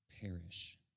perish